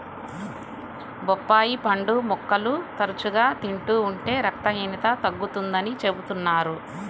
బొప్పాయి పండు ముక్కలు తరచుగా తింటూ ఉంటే రక్తహీనత తగ్గుతుందని చెబుతున్నారు